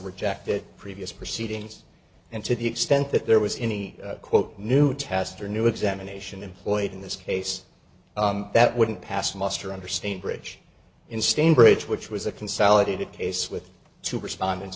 rejected previous proceedings and to the extent that there was any quote new test or new examination employed in this case that wouldn't pass muster understand bridge in stanbridge which was a consolidated case with two respondents